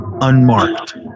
unmarked